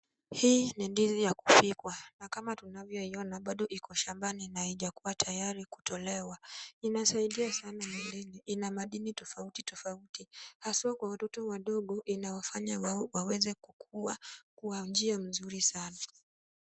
Hii ni ndizi ya kupikwa na kama tunavyoiona bado iko shambani na haijakuwa tayari kutolewa, inasaidia sana mwilini, ina madini tofauti tofauti haswa kwa watoto wadogo inawafanya waweze kukuwa kwa njia mzuri sana.